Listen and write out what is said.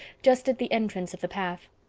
just at the entrance of the path.